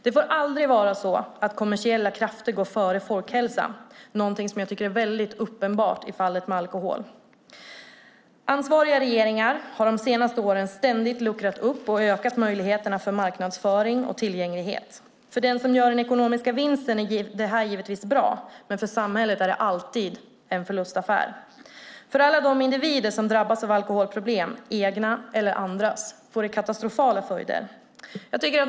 Det får aldrig vara så att kommersiella krafter går före folkhälsan, något som jag tycker är uppenbart i fallet med alkohol. Ansvariga regeringar har de senaste åren ständigt luckrat upp och ökat möjligheterna för marknadsföring och tillgänglighet. För den som gör ekonomisk vinst är detta givetvis bra, men för samhället är det alltid en förlustaffär. För alla de individer som drabbas av alkoholproblem, egna eller andras, får det katastrofala följder.